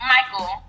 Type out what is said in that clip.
Michael